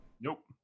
Nope